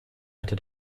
hätte